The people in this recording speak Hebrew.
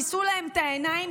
כיסו להם את העיניים,